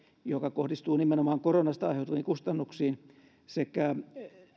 joka kohdistuu nimenomaan koronasta aiheutuviin kustannuksiin sekä